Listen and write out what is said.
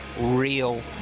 real